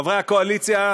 חברי הקואליציה,